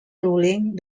ruling